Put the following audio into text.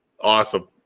Awesome